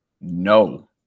no